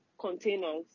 containers